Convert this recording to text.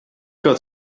got